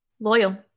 Loyal